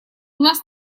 нас